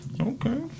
Okay